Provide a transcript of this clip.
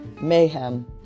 mayhem